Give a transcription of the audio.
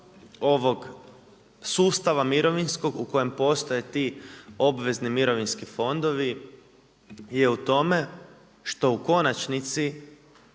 ovog sustava mirovinskog u kojem postoje ti obvezni mirovinski fondovi je u tome što u konačnici